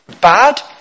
bad